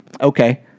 Okay